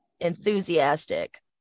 enthusiastic